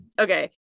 Okay